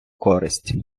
користь